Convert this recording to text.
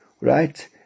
right